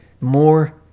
More